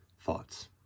thoughts